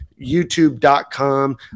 youtube.com